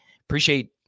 Appreciate